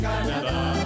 Canada